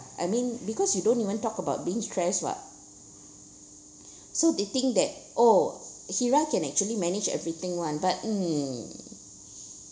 I mean because you don't even talk about being stressed [what] so they think that oh hira can actually manage everything [one] but mm